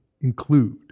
include